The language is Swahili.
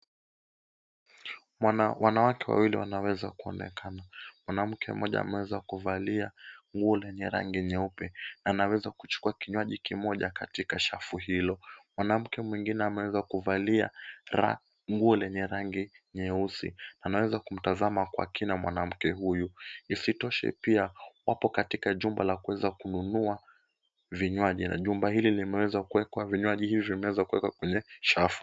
Wanawake wawili wanaweza kuonekana. Mwanamke mmoja ameweza kuvalia nguo lenye rangi nyeupe na anaweza kuchukua kinywaji kimoja katika safu hilo. Mwanamke mwingine ameweza kuvalia nguo lenye rangi nyeusi na anaweza kumtazama kwa kina mwanamke huyu,. Isitoshe, pia wapo katika jumba la kuweza kununua vinywaji na jumba hili limeweza kuwekwa vinywaji hivi vimeweza kuwekwa kwenye safu.